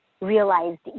realized